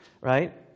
right